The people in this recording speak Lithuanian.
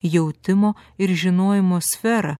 jautimo ir žinojimo sferą